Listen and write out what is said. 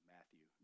Matthew